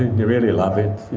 really love it.